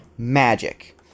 magic